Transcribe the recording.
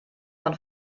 von